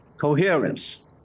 coherence